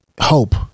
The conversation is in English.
hope